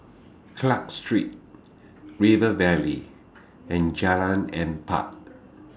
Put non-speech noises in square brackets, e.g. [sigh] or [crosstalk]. Clarke Street River Valley and [noise] Jalan Empat